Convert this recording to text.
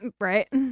Right